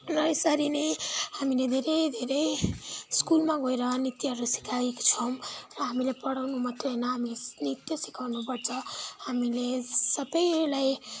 अन्त यसरी नै हामीले धेरै धेरै स्कुलमा गएर नृत्यहरू सिकाएको छौँ र हामीले पढाउनु मात्रै होइन हामीले नृत्य सिकाउनु पर्छ हामीले सबैलाई